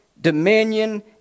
dominion